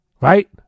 right